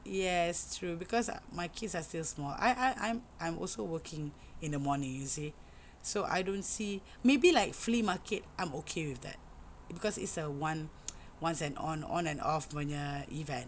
yes true cause my kids are still small I I'm I'm also working in the morning you see so I don't see maybe like flea market I'm okay with that cause it's a one once and on on and off punya event